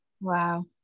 Wow